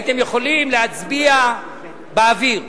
הייתם יכולים להצביע באוויר.